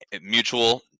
mutual